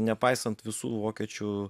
nepaisant visų vokiečių